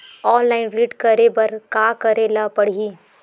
Online ऋण करे बर का करे ल पड़हि?